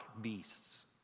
beasts